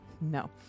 No